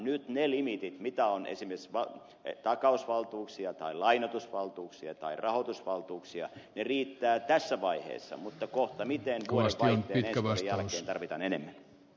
nyt ne limiitit mitä on esimerkiksi takausvaltuuksia tai lainoitusvaltuuksia tai rahoitusvaltuuksia riittävät tässä vaiheessa mutta kohta vuodenvaihteen ensi vuoden jälkeen tarvitaan enemmän